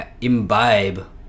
imbibe